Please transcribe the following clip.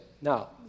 Now